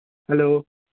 hello